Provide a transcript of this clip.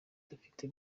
dufite